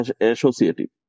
associative